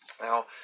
Now